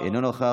אינו נוכח,